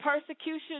persecution